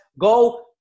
Go